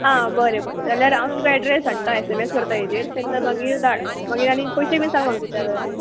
आं बरें बरें जाल्यार हांव तुमकां एड्रेस धाडटा एस एम एस करता हेजेर तेन्ना मागीर धाड मागीर आनी पयशे बीन सांग म्हाका कितले जाता तें